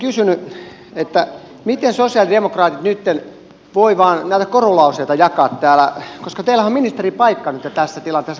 olisin kysynyt miten sosialidemokraatit nytten voivat vain näitä korulauseita jakaa täällä koska teillähän on ministeripaikka nytten tässä tilanteessa korjata tämä tilanne